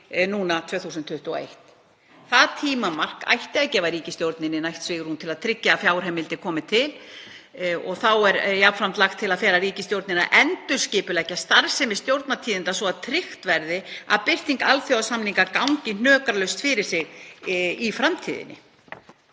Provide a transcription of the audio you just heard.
apríl 2021. Það tímamark ætti að gefa ríkisstjórninni nægt svigrúm til að tryggja að fjárheimildir komi til. Þá er jafnframt lagt til að fela ríkisstjórninni að endurskipuleggja starfsemi Stjórnartíðinda svo að tryggt verði að birting alþjóðasamninga gangi hnökralaust fyrir sig í framtíðinni.